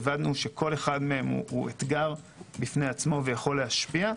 הבנו שכל אחד מהם הוא אתגר בפני עצמו ויכול להשפיע.